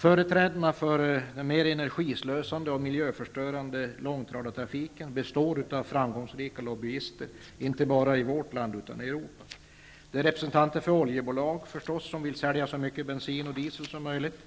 Företrädarna för den mer energislösande och miljöförstörande långtradartrafiken består av framgångsrika lobbyister, inte bara i vårt land utan i hela Europa. Det är representanter för oljebolag, som vill sälja så mycket bensin och diesel som möjligt.